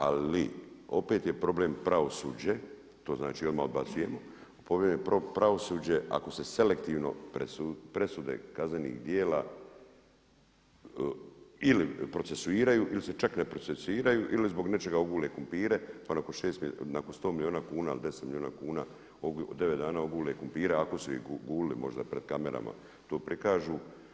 Ali opet je problem pravosuđe, to znači odmah odbacujemo, pravosuđe ako se selektivno presude kaznenih djela ili procesuiraju ili se čak ne procesuiraju ili zbog nečega gule krumpire pa nakon 100 milijuna kuna, 10 milijuna kuna 9 dana ogule krumpira ako su ih gulili, možda pred kamerama to prikažu.